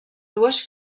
dues